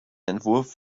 entwurf